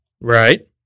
Right